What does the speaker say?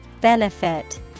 Benefit